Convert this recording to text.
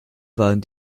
waren